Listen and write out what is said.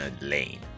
Lane